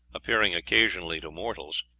appearing occasionally to mortals.